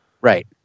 Right